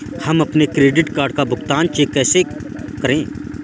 हम अपने credit card का भुगतान चेक से कैसे करें?